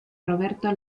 roberto